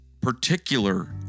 particular